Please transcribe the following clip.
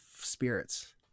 spirits